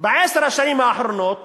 בעשר השנים האחרונות